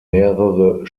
mehrere